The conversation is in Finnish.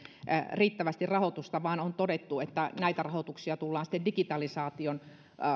riittävästi rahoitusta vaan on todettu että näitä rahoituksia tullaan digitalisaation